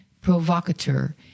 provocateur